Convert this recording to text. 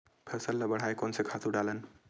फसल ल बढ़ाय कोन से खातु डालन?